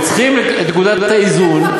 וצריכים את נקודת האיזון.